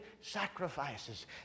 sacrifices